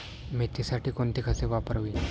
मेथीसाठी कोणती खते वापरावी?